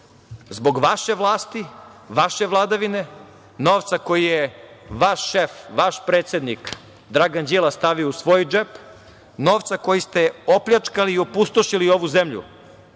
zbog vaše vlasti, vaše vladavine, novca koji je vaš šef, vaš predsednik Dragan Đilas stavio u svoj džep, novca koji ste opljačkali i opustošili ovu zemlju,